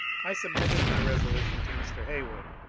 i submitted my resolution to mr. heywood,